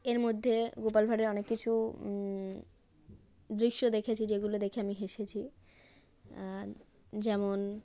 এর মধ্যে গোপাল ভাঁড়ের অনেক কিছু দৃশ্য দেখেছি যেগুলো দেখে আমি হেসেছি যেমন